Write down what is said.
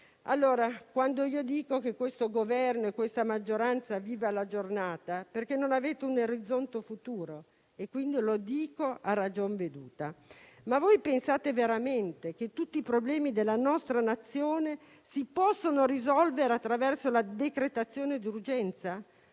A mio avviso questo Governo e questa maggioranza vivono alla giornata perché non hanno un orizzonte futuro, lo dico a ragion veduta. Voi pensate veramente che tutti i problemi della nostra Nazione si possano risolvere attraverso la decretazione d'urgenza?